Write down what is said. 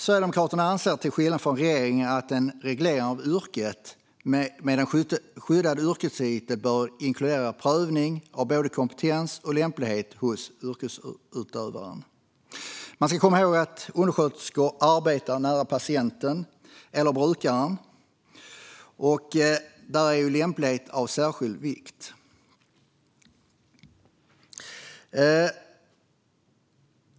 Sverigedemokraterna anser till skillnad från regeringen att en reglering av yrket med en skyddad yrkestitel bör inkludera en prövning av både kompetens och lämplighet hos yrkesutövaren. Man ska komma ihåg att undersköterskor arbetar nära patienter och brukare, och därför är lämplighet av särskild vikt.